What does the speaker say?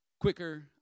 quicker